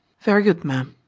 very good, ma'am.